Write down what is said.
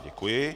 Děkuji.